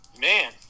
Man